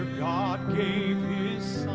god gave